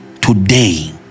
Today